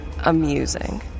amusing